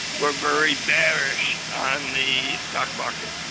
were very bearish on the stock market.